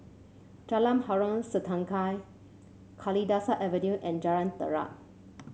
Jalan Harom Setangkai Kalidasa Avenue and Jalan Terap